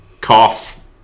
cough